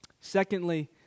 Secondly